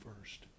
first